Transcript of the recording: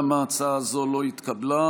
גם ההצעה הזאת לא התקבלה.